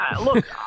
look